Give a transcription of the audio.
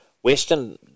Western